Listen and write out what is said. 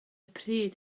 pryd